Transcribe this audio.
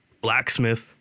blacksmith